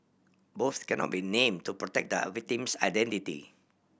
both cannot be name to protect the victim's identity